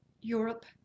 Europe